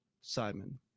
Simon